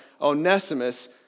Onesimus